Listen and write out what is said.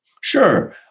Sure